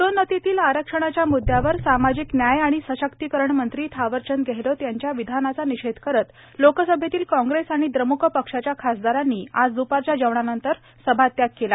पदोळ्वतीतील आरक्षणाच्या मुद्यावर सामाजिक व्याय आणि सशक्तीकरण मंत्री थावरचंद गेहलोत यांच्या विधानाचा निषेध करत लोकसभेतील काँग्रेस आणि द्रमुक पक्षाच्या खासदारांनी आज द्रपारच्या जेवणानंतर सभात्याग केला